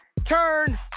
Turn